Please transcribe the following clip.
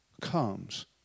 comes